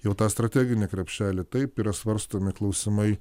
jau tą strateginį krepšelį taip yra svarstomi klausimai